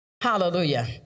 Hallelujah